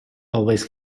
always